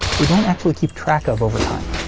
we don't actually keep track of over time.